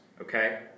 okay